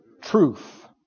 truth